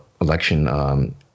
election